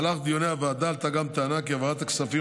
במהלך דיוני הוועדה עלתה גם טענה כי העברת הכספים